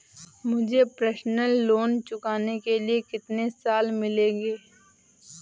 मुझे personal loan चुकाने के लिए कितने साल मिलेंगे?